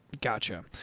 Gotcha